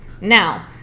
Now